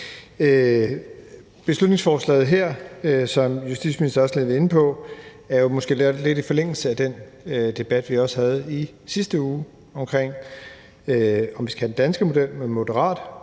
Beslutningsforslaget her, som justitsministeren også er inde på, er måske lidt i forlængelse af den debat, vi også havde i sidste uge, omkring, om vi skal have den danske model med moderat